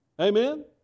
Amen